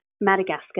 Madagascar